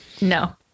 no